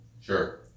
Sure